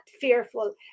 fearful